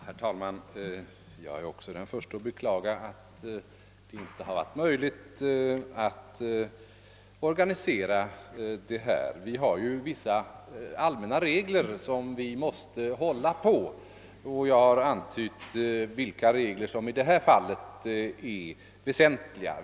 Herr talman! Jag är den förste att beklaga att det varit omöjligt att organisera undervisningen i det ämne vi här diskuterar, men vi har vissa allmänna regler som måste följas och jag har här antytt vilka regler som i detta speciella fall är väsentliga.